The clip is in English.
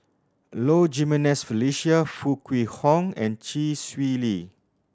Low Jimenez Felicia Foo Kwee Horng and Chee Swee Lee